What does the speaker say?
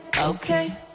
okay